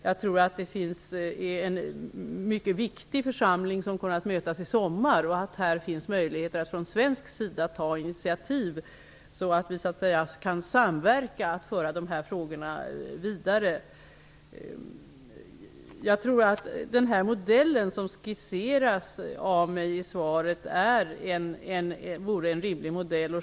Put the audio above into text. Jag tror att den församling som kommer att mötas i sommar är mycket viktig och att det finns möjlighet att från svensk sida ta initiativ för att samverka och föra dessa frågor vidare. Jag tror att den modell som skisserats av mig i svaret vore rimlig.